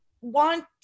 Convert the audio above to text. want